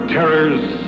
Terror's